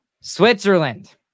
Switzerland